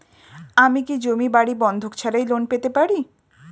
আমি কি জমি বাড়ি বন্ধক ছাড়াই লোন পেতে পারি?